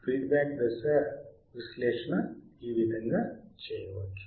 feedback దశ విశ్లేషణ ఈ విధంగా చేయవచ్చు